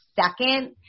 second